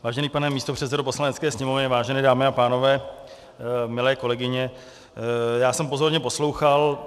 Vážený pane místopředsedo Poslanecké sněmovny, vážené dámy a pánové, milé kolegyně, já jsem pozorně poslouchal.